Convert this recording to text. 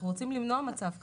אנחנו רוצים למנוע מצב כזה.